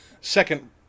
second